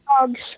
dogs